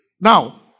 Now